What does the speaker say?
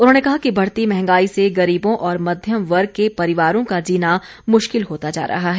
उन्होंने कहा कि बढ़ती मंहगाई से गरीबों और मध्यम वर्ग के परिवारों का जीना मुश्किल होता जा रहा है